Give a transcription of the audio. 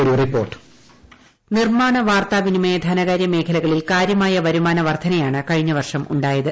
ഒരു റിപ്പോർട്ട് നിർമ്മാണ വാർത്താവിനിമയ ധനകാര്യമേഖലകളിൽ കാര്യമായ വരുമാന വർദ്ധനയാണ് കഴിഞ്ഞ വർഷം ഉണ്ടായത്